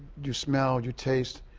you smell, you taste,